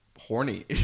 horny